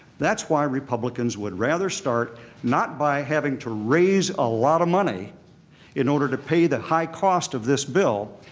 that's why republicans would rather start not by having to raise a lot of money in order to pay the high cost of this bill,